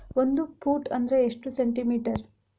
ಒಂದು ಫೂಟ್ ಅಂದ್ರ ಎಷ್ಟು ಸೆಂಟಿ ಮೇಟರ್?